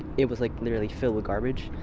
it was like literally filled with garbage.